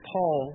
Paul